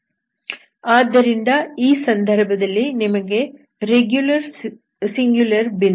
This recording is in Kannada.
1x3x10∞ ಆದ್ದರಿಂದ ಈ ಸಂದರ್ಭದಲ್ಲಿ ನಿಮ್ಮಲ್ಲಿ ರೆಗ್ಯುಲರ್ ಸಿಂಗುಲರ್ ಬಿಂದು ವಿದೆ